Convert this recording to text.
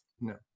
No